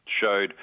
showed